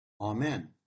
Amen